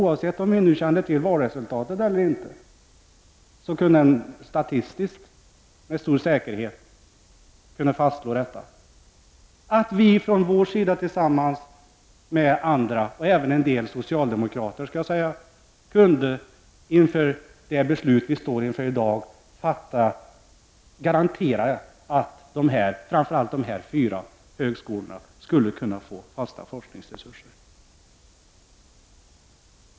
Oavsett om man kände till valresultatet eller inte kunde man statistiskt med stor säkerhet konstatera att vi från vår sida tillsammans med andra, även en del socialdemokrater, kunde genom det beslut som vi nu står inför garantera att framför allt de fyra högskolorna skulle kunna få fasta forskningsresurser.